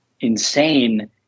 insane